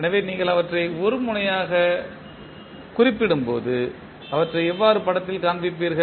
எனவே நீங்கள் அவற்றை ஒரு முனையாக குறிப்பிடும் போது அவற்றை எவ்வாறு படத்தில் காண்பிப்பீர்கள்